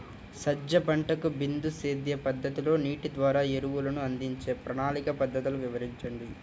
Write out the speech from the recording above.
సజ్జ పంటకు బిందు సేద్య పద్ధతిలో నీటి ద్వారా ఎరువులను అందించే ప్రణాళిక పద్ధతులు వివరించండి?